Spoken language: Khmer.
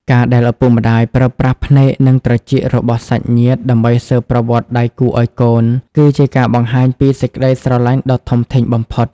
ការដែលឪពុកម្ដាយប្រើប្រាស់ភ្នែក និងត្រចៀករបស់សាច់ញាតិដើម្បីស៊ើបប្រវត្តិដៃគូឱ្យកូន គឺជាការបង្ហាញពីសេចក្ដីស្រឡាញ់ដ៏ធំធេងបំផុត។